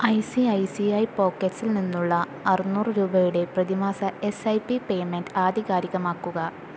I C I C I പോക്കറ്റ്സിൽ നിന്നുള്ള അറുന്നൂറ് രൂപയുടെ പ്രതിമാസ എസ് ഐ പി പേയ്മെൻ്റ് ആധികാരികമാക്കുക